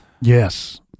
yes